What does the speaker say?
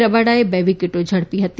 રબાડાએ બે વિકેટો ઝડપી હતી